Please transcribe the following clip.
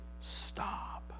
Stop